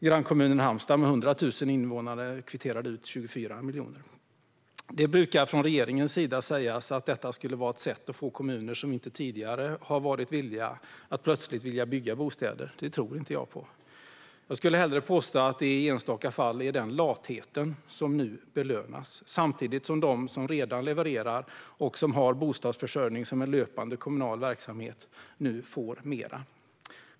Grannkommunen Halmstad med 100 000 invånare kvitterade ut 24 miljoner. Det brukar från regeringens sida sägas att detta skulle vara ett sätt att få kommuner som inte tidigare varit villiga att bygga bostäder att plötsligt vilja göra det. Det tror inte jag på. Jag skulle hellre påstå att det i enstaka fall är den latheten som nu belönas, samtidigt som de som redan levererar och har bostadsförsörjning som en löpande kommunal verksamhet nu får mera.